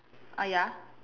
ah ya